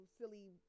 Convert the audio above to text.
silly